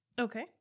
Okay